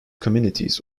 communities